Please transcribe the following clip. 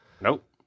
Nope